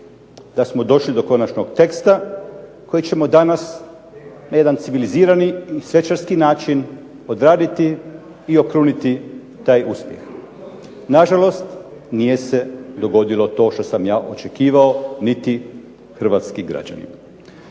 da smo došli do konačnog teksta koji ćemo danas na jedan civilizirani i svečarski način odraditi i okruniti taj uspjeh. Nažalost, nije se dogodilo to što sam ja očekivao niti hrvatski građani.